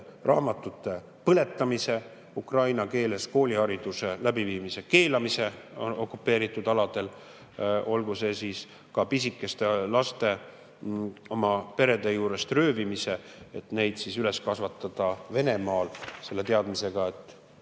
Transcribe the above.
raamatute põletamisega, ukraina keeles koolihariduse läbiviimise keelamisega okupeeritud aladel, olgu see siis ka pisikeste laste oma perede juurest röövimisega, et neid üles kasvatada Venemaal selle teadmisega, et